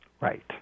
Right